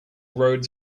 roads